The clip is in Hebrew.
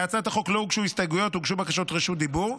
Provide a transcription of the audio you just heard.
להצעת החוק לא הוגשו הסתייגויות והוגשו בקשות רשות דיבור.